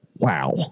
wow